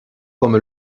comme